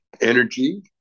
energy